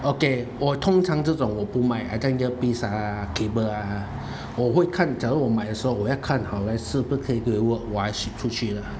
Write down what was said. okay 我通常这种我不卖很像 earpiece ah cable ah 我会看假如我买的时候我要看好来是不是可以 work 我才 ship 出去的